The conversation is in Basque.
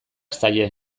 zaie